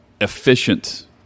Efficient